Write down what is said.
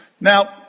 Now